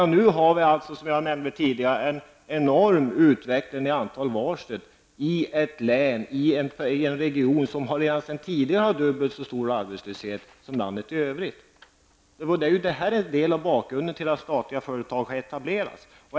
Nu har vi, som jag nämnde tidigare, en enorm utveckling av antalet varsel i en region som har dubbelt så stor arbetslöshet som landet i övrigt. Detta är ju en del av bakgrunden till att statliga företag har etablerats.